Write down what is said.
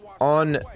on